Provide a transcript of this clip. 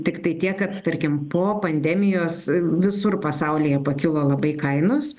tiktai tiek kad tarkim po pandemijos visur pasaulyje pakilo labai kainos